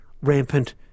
rampant